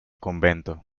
convento